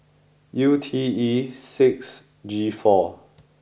U T E six G four